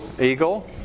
eagle